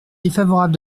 défavorable